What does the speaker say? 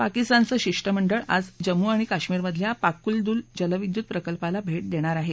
पाकिस्तानचं शिष्टमंडळ आज जम्मू आणि काश्मीरमधल्या पाकूल दुल जलविदयुत प्रकल्पाला भेट देणार आहे